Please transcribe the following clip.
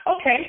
Okay